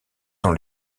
dans